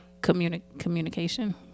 Communication